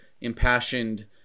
impassioned